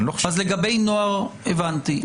לגבי נוער, הבנתי.